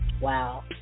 Wow